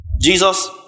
Jesus